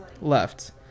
left